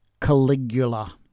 caligula